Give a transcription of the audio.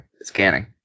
Scanning